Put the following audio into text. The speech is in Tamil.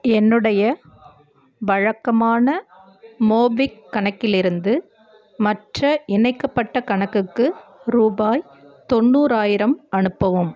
என்னுடைய வழக்கமான மோப்விக் கணக்கிலிருந்து மற்ற இணைக்கப்பட்ட கணக்குக்கு ரூபாய் தொண்ணூறாயிரம் அனுப்பவும்